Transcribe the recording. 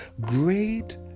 great